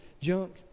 junk